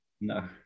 No